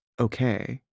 okay